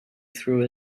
through